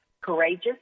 courageous